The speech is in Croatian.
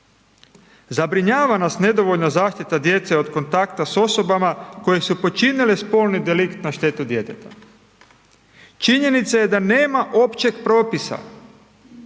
Zabrinjava nas nedovoljna zaštita djece od kontakta sa osobama koje su počinile spolni delikt na štetu djeteta. Činjenica je da nema općeg propisa